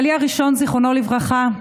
בעלי הראשון, זיכרונו לברכה,